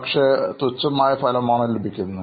പക്ഷേ വളരെ തുച്ഛമായ ഫലമേ ലഭിക്കൂ